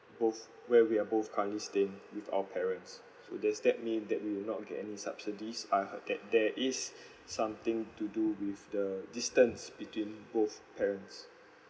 both where we are both currently staying with our parents so does that mean that we'll not get any subsidies I heard that there is something to do with the distance between both parents